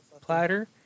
platter